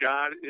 God